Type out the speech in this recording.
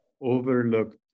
overlooked